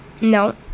No